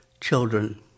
Children